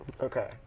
okay